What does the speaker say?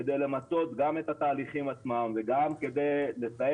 כדי למצות גם את התהליכים עצמם וגם כדי לסיים